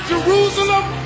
Jerusalem